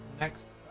Next